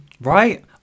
Right